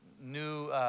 New